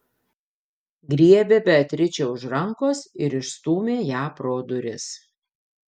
griebė beatričę už rankos ir išstūmė ją pro duris